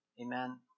amen